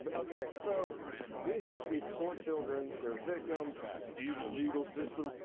but ok. so we have these poor children, they're victims, this evil legal system,